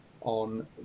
on